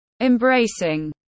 Embracing